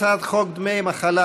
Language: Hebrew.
הצעת חוק דמי מחלה